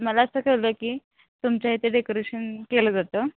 मला असं कळलं की तुमच्या इथे डेकोरेशन केलं जातं